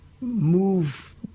move